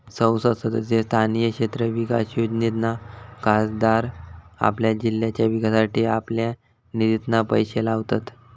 संसद सदस्य स्थानीय क्षेत्र विकास योजनेतना खासदार आपल्या जिल्ह्याच्या विकासासाठी आपल्या निधितना पैशे लावतत